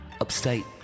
upstate